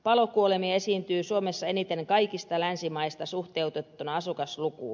palokuolemia esiintyy suomessa eniten kaikista länsimaista suhteutettuna asukaslukuun